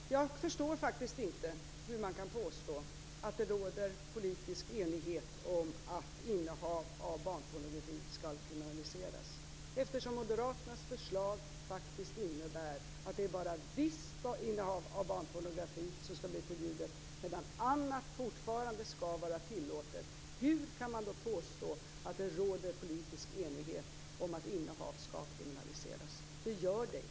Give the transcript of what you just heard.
Herr talman! Jag förstår faktiskt inte hur man kan påstå att det råder politisk enighet om att innehav av barnpornografi skall kriminaliseras eftersom Moderaternas förslag faktiskt innebär att det bara är visst innehav av barnpornografi som skulle bli förbjudet medan annat fortfarande skall vara tillåtet. Hur kan man då påstå att det råder politisk enighet om att innehav skall kriminaliseras? Det gör det inte.